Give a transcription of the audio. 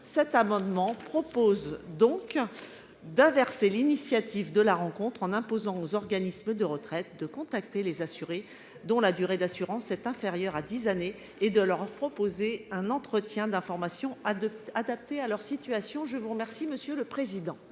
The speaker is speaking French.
Cet amendement tend donc à inverser l'initiative de la rencontre, en imposant aux organismes de retraite de contacter les assurés dont la durée d'assurance est inférieure à dix années et de leur proposer un entretien d'information adapté à leur situation. L'amendement n° 1401, présenté